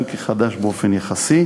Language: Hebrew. אם כי חדש באופן יחסי.